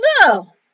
No